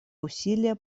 усилия